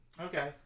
Okay